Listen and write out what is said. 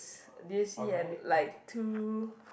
did you see and like two